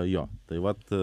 jo tai vat